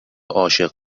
عاشق